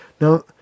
Now